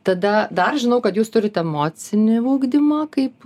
tada dar žinau kad jūs turite emocinį ugdymą kaip